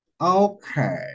Okay